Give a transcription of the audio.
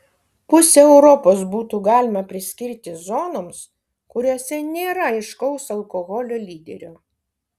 pusę europos būtų galima priskirti zonoms kuriose nėra aiškaus alkoholio lyderio